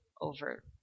over